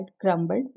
crumbled